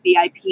VIP